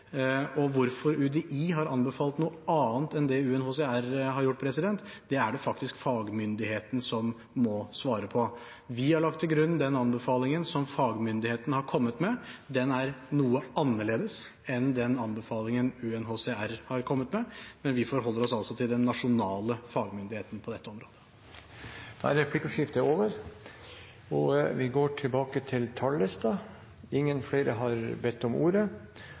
Hvorfor UDI har anbefalt noe annet enn det UNHCR har gjort, er det faktisk fagmyndigheten som må svare på. Vi har lagt til grunn den anbefalingen som fagmyndigheten har kommet med. Den er noe annerledes enn den anbefalingen UNHCR har kommet med, men vi forholder oss altså til den nasjonale fagmyndigheten på dette området. Replikkordskiftet er omme. Flere har ikke bedt om ordet til